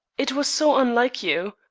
it was so unlike you.